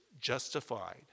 justified